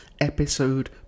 episode